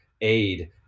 aid